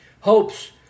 Hopes